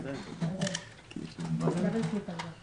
שנפגעו קשה.